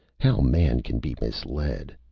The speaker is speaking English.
how man can be misled!